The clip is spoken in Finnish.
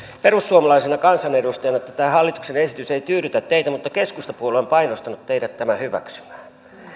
perussuomalaisena kansanedustajana että tämä hallituksen esitys ei tyydytä teitä mutta keskustapuolue on painostanut teidät tämän hyväksymään